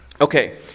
Okay